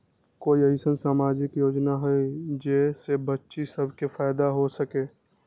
कोई अईसन सामाजिक योजना हई जे से बच्चियां सब के फायदा हो सके?